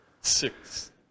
six